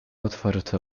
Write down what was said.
otwarte